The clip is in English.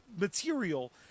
material